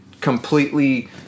completely